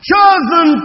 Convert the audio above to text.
Chosen